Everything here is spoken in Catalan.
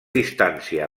distància